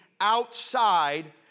outside